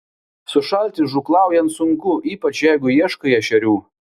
sušalti žūklaujant sunku ypač jeigu ieškai ešerių